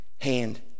Hand